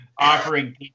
offering